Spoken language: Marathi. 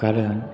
कारण